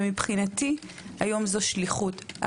מבחינתי, היום זו שליחות.